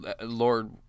Lord